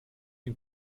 den